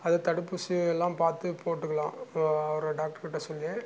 அது தடுப்பூசி எல்லாம் பார்த்து போட்டுக்கலாம் அப்போ அவர் டாக்டர்கிட்ட சொல்லி